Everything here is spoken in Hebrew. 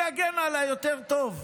מי יגן עלי יותר טוב,